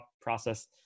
process